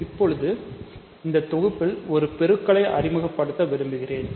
இப்போது இந்த தொகுப்பில் ஒரு பெருக்கலை அறிமுகப்படுத்த விரும்புகிறேன்